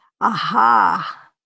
aha